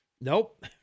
Nope